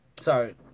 sorry